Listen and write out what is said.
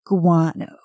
Guano